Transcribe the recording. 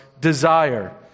desire